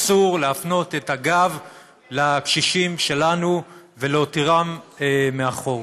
אסור להפנות את הגב לקשישים שלנו ולהותירם מאחור.